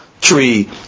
Tree